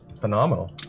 phenomenal